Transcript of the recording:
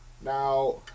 Now